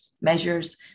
measures